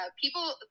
people